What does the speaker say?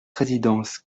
résidence